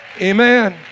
Amen